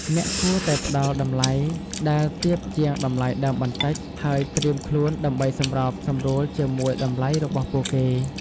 អ្នកគួរតែផ្តល់តម្លៃដែលទាបជាងតម្លៃដើមបន្តិច ហើយត្រៀមខ្លួនដើម្បីសម្របសម្រួលជាមួយតម្លៃរបស់ពួកគេ។